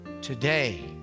Today